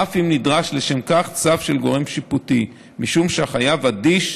אף אם נדרש לשם כך צו של גורם שיפוטי משום שהחייב אדיש